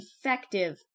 effective